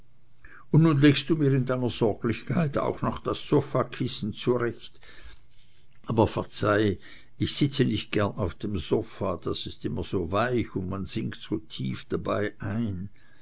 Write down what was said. und nun legst du mir in deiner sorglichkeit auch noch das sofakissen zurecht aber verzeih ich sitze nicht gern auf dem sofa das ist immer so weich und man sinkt dabei so tief ein